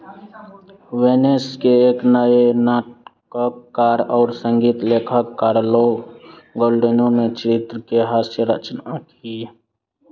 Venice के एक नये नाटककार और संगीत लेखक कार्लो गोल्डेनो ने चित्र की हास्य रचना की